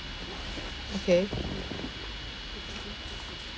okay